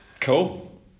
Cool